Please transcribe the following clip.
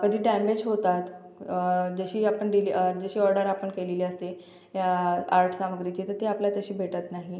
कधी डॅमेज होतात जशी आपण डिली जशी ऑर्डर आपण केलेली असते या आर्ट सामग्रीची तर ते आपल्याला तशी भेटत नाही